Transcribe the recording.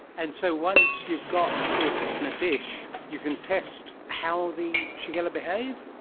and so once you've got this in a dish you can test how the shigella behave?